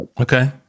Okay